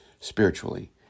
spiritually